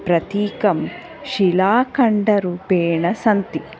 प्रतीकं शिलाखण्डरूपेण सन्ति